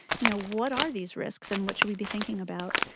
you know what are these risks and what should we be thinking about?